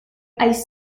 ice